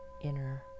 inner